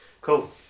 Cool